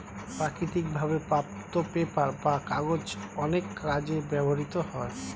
প্রাকৃতিক ভাবে প্রাপ্ত পেপার বা কাগজ অনেক কাজে ব্যবহৃত হয়